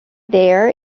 there